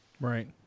right